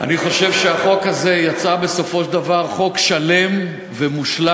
אני חושב שהחוק הזה יצא בסופו של דבר חוק שלם ומושלם,